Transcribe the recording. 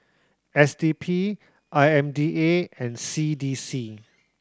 S D P I M D A and C D C